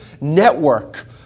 network